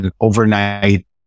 overnight